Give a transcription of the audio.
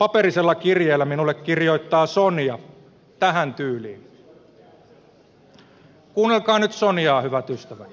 paperisella kirjeellä minulle kirjoittaa sonja tähän tyyliin kuunnelkaa nyt sonjaa hyvät ystävät